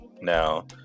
Now